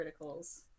criticals